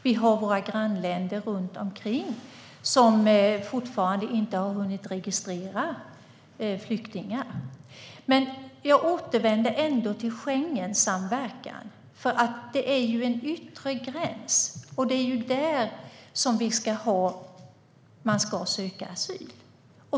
Vi har våra grannländer runt omkring som fortfarande inte har hunnit registrera flyktingar. Jag återvänder till Schengensamverkan. Det är vid den yttre gränsen som man ska söka asyl.